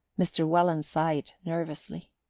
mr. welland sighed nervously.